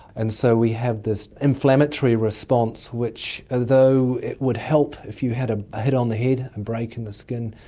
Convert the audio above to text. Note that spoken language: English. and so we have this inflammatory response which, although it would help if you had a hit on the head, a break in the skin,